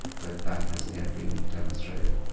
but that hasn't yet been demonstrated.